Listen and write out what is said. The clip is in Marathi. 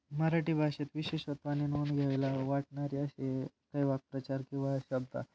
मराठी भाषेत विशेषत्वाने नोंद घ्यायला वाटणारे असे काही वाक्प्रचार किंवा शब्द